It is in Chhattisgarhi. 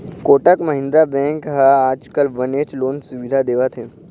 कोटक महिंद्रा बेंक ह आजकाल बनेच लोन सुबिधा देवत हे